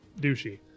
douchey